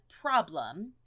problem